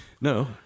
No